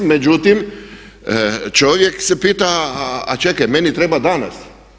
Međutim, čovjek se pita, a čekaj, meni treba danas.